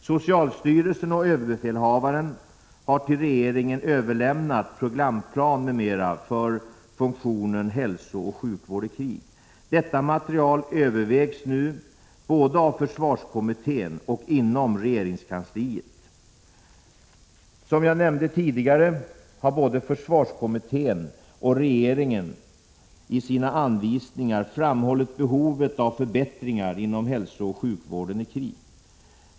Socialstyrelsen och överbefälhavaren har till regeringen överlämnat programplan m.m. för funktionen hälsooch sjukvård i krig. Detta material övervägs nu både av försvarskommittén och inom regeringskansliet. Som jag nämnde tidigare har både försvarskommittén och regeringen i sina anvisningar framhållit behovet av förbättringar inom hälsooch sjukvården i krig.